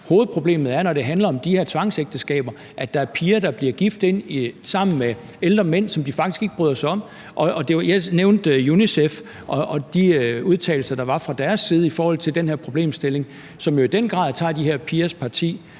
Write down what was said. hovedproblemet, når det handler om de her tvangsægteskaber, er, at der er piger, der bliver gift med ældre mænd, som de faktisk ikke bryder sig om. Jeg nævnte UNICEF og de udtalelser, der var fra deres side i forhold til den her problemstilling, som jo i den grad tager de her pigers parti